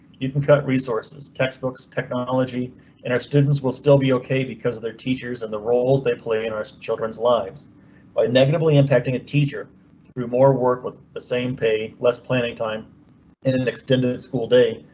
you can cut resources, textbooks, technology in our students will still be ok because of their teachers and the roles they play in our children's lives by negatively impacting a teacher through more work with the same pay. less planning time in an extended school day,